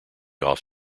off